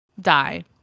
die